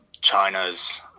China's